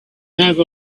have